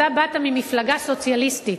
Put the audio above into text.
אתה באת ממפלגה סוציאליסטית,